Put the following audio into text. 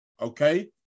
okay